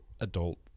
adult